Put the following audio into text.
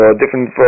different